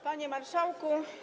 Panie Marszałku!